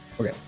okay